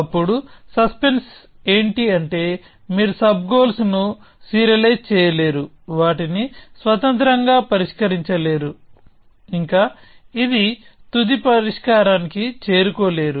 అప్పుడు సస్పెన్స్ ఏంటి అంటే మీరు సబ్ గోల్స్ ను సీరియలైజ్ చేయలేరు వాటిని స్వతంత్రంగా పరిష్కరించలేరు ఇంకా తుది పరిష్కారానికి చేరుకోలేరు